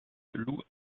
loo